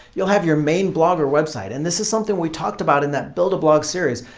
you'll have your main blog or website, and this is something we talked about in that build-a-blog series,